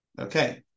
Okay